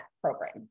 program